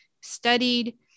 studied